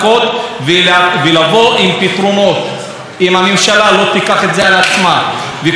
אם הממשלה לא תיקח את זה על עצמה וכל שר יתחיל לדבר על השר האחר,